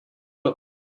look